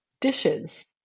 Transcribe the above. dishes